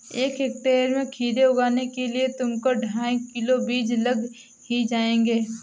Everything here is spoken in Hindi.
एक हेक्टेयर में खीरे उगाने के लिए तुमको ढाई किलो बीज लग ही जाएंगे